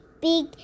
big